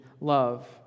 love